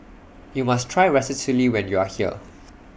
YOU must Try Ratatouille when YOU Are here